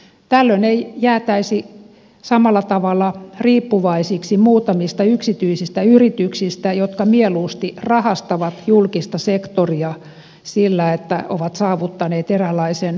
tällöin ei jäätäisi samalla tavalla riippuvaiseksi muutamista yksityisistä yrityksistä jotka mieluusti rahastavat julkista sektoria sillä että ovat saavuttaneet eräänlaisen monopoliaseman